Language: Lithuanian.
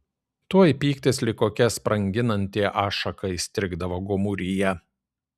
tuoj pyktis lyg kokia spranginanti ašaka įstrigdavo gomuryje